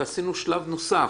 עשינו שלב נוסף